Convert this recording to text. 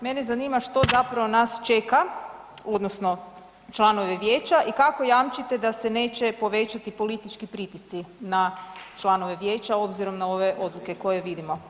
Mene zanima što zapravo nas čeka, odnosno članove vijeća i kakko jamčite da se neće povećati politički pritisci na članove vijeća obzirom na ove odluke koje vidimo.